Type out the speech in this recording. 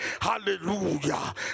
Hallelujah